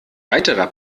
weiterer